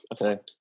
Okay